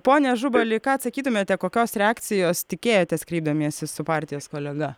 pone ažubali ką atsakytumėte kokios reakcijos tikėjotės kreipdamiesi su partijos kolega